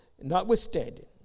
notwithstanding